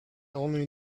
only